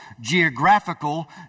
geographical